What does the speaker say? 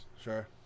sure